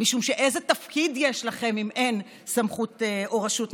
משום שאיזה תפקיד יש לכם אם אין סמכות או רשות מחוקקת?